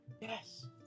Yes